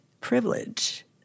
privilege